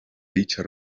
dicha